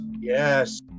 Yes